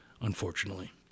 unfortunately